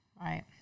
Right